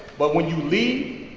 but when you leave,